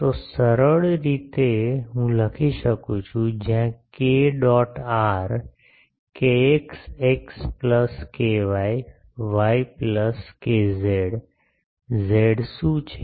તો આ સરળ રીતે હું લખી શકું છું જ્યાં k dot r kx x Plus ky y Plus kz z શું છે